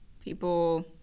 people